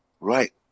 Right